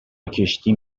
کشتیم